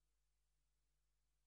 תכהן חברת הכנסת יעל רון בן